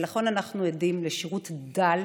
ולכן אנחנו עדים לשירות דל,